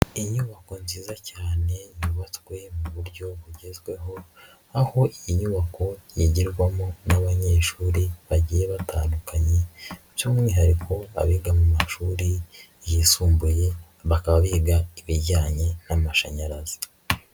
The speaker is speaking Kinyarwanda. Inyubako nziza cyane yubatswe mu buryo bugezweho, aho inyubako yigirwarwamo n'abanyeshuri bagiye batandukanye, by'umwihariko abiga mu mashuri yisumbuye bakaba biga ibijyanye n'amashanyarazi.